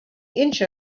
inch